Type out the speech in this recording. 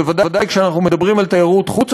בוודאי כשאנחנו מדברים על תיירות חוץ,